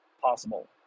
possible